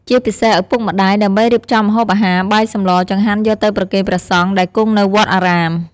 ជាពិសេសឪពុកម្ដាយ ដើម្បីរៀបចំម្ហូបអាហារ បាយសម្ល ចង្ហាន់យកទៅប្រគេនព្រះសង្ឃដែលគង់នៅវត្តអារាម។